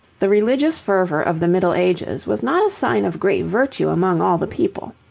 the religious fervour of the middle ages was not a sign of great virtue among all the people.